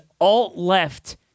alt-left